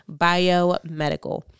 biomedical